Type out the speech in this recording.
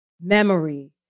memory